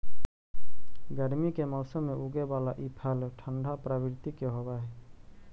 गर्मी के मौसम में उगे बला ई फल ठंढा प्रवृत्ति के होब हई